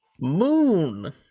Moon